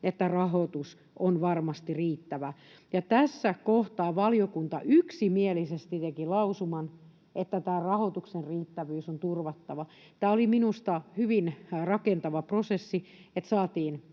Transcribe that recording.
että rahoitus on varmasti riittävä. Tässä kohtaa valiokunta yksimielisesti teki lausuman, että tämän rahoituksen riittävyys on turvattava. Tämä oli minusta hyvin rakentava prosessi, että saatiin